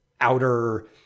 outer